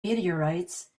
meteorites